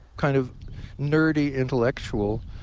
kind of nerdy intellectual,